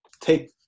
take